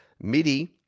MIDI